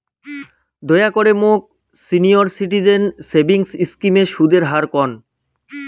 দয়া করে মোক সিনিয়র সিটিজেন সেভিংস স্কিমের সুদের হার কন